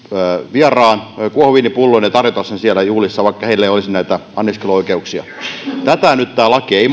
vieraan kuohuviinipullon ja tarjota sen siellä juhlissa vaikka heillä ei olisi näitä anniskeluoikeuksia tätä tämä laki ei